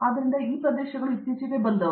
ಆದ್ದರಿಂದ ಈ ಪ್ರದೇಶಗಳು ಇತ್ತೀಚಿಗೆ ಬಂದವು